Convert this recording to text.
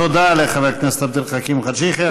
תודה לחבר הכנסת עבד אל חכים חאג' יחיא.